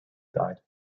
died